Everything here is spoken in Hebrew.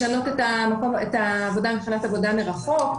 לשנות את העבודה מבחינת עבודה מרחוק,